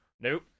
Nope